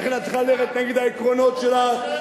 לכן את צריכה ללכת נגד העקרונות שלך,